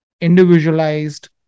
individualized